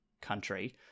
country